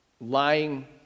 lying